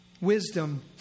Wisdom